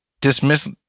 dismiss